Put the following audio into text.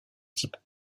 type